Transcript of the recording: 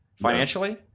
financially